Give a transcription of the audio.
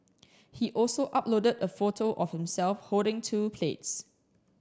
he also uploaded a photo of himself holding two plates